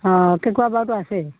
অ কেকুৰা বৰাটো আছেই